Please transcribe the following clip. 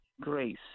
grace